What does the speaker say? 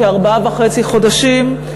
כארבעה וחצי חודשים,